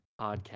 podcast